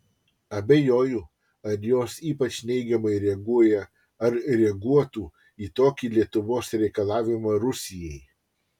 abejoju ar jos ypač neigiamai reaguoja ar reaguotų į tokį lietuvos reikalavimą rusijai